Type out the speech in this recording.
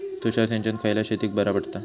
तुषार सिंचन खयल्या शेतीक बरा पडता?